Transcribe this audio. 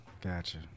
Gotcha